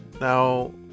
Now